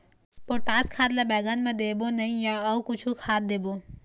Potash खाद ला बैंगन मे देबो नई या अऊ कुछू खाद देबो?